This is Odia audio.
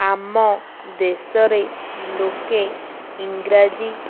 ଆମ ଦେଶରେ ଲୋକେ ଇଂରାଜୀ